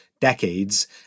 decades